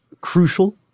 crucial